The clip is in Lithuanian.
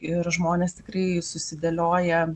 ir žmonės tikrai susidėlioja